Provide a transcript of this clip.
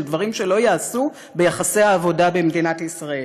של דברים שלא ייעשו ביחסי העבודה במדינת ישראל.